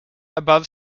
above